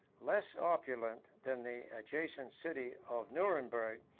less opulent than the adjacent city of nuremberg,